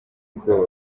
ubwoba